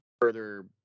further